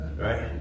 Right